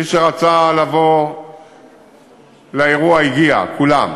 מי שרצה לבוא לאירוע הגיע, כולם,